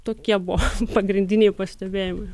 tokie buvo pagrindiniai pastebėjimai